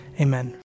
Amen